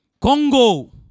Congo